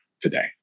today